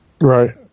Right